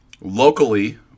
Locally